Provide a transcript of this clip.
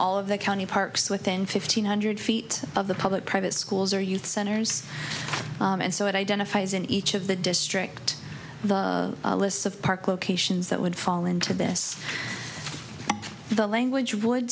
all of the county parks within fifteen hundred feet of the public private schools or youth centers and so it identifies in each of the district the lists of park locations that would fall into this the language would